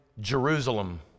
Jerusalem